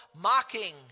mocking